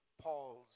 Paul's